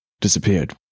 disappeared